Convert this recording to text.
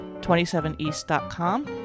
27East.com